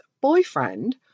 boyfriend